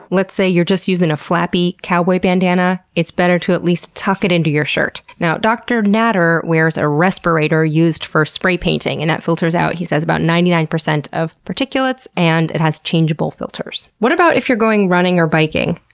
let's say you're just using a flappy cowboy bandana. it's better to at least tuck it into your shirt. now, dr. natter wears a respirator used for spray painting and that filters out, he says, about ninety nine percent of particulates and it has changeable filters. what about if you're going running or biking?